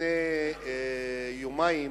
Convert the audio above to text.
לפני יומיים